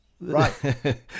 right